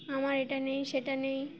আমার এটা নেই সেটা নেই